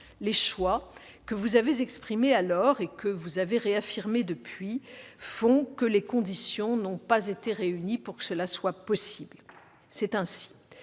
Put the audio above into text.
Les choix que vous avez alors exprimés et que vous avez réaffirmés depuis font que les conditions n'ont pas été réunies pour que cela soit possible. C'est ainsi.